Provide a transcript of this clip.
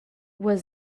was